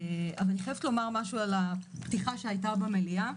אבל אני חייבת לומר משהו על הפתיחה שהייתה במליאה,